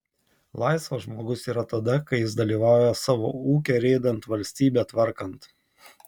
laisvas žmogus yra tada kai jis dalyvauja savo ūkę rėdant valstybę tvarkant